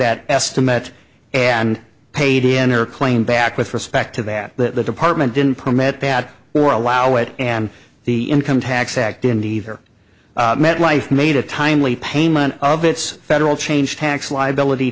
that estimate and paid in their claim back with respect to that that the department didn't permit bad or allow it and the income tax act in either met life made a timely payment of its federal change tax liability